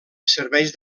serveix